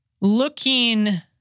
looking